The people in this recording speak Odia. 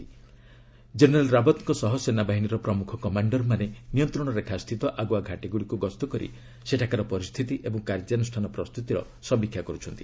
କ୍ଜେନେରାଲ୍ ରାଓତ୍ଙ୍କ ସହ ସେନାବାହିନୀର ପ୍ରମୁଖ କମାଣ୍ଡର୍ମାନେ ନିୟନ୍ତ୍ରଣ ରେଖାସ୍ଥିତ ଆଗୁଆ ଘାଟିଗୁଡ଼ିକୁ ଗସ୍ତକରି ସେଠାକାର ପରିସ୍ଥିତି ଏବଂ କାର୍ଯ୍ୟାନୁଷ୍ଠାନ ପ୍ରସ୍ତୁତିର ସମୀକ୍ଷା କରୁଛନ୍ତି